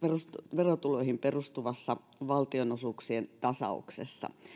verotuloihin perustuvassa valtionosuuksien tasauksessa